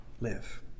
live